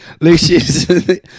Lucius